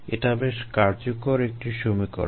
এটা বেশ কার্যকর একটি সমীকরণ